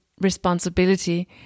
responsibility